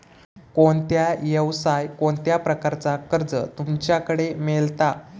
कोणत्या यवसाय कोणत्या प्रकारचा कर्ज तुमच्याकडे मेलता?